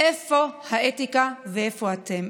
איפה האתיקה ואיפה אתם,